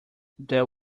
that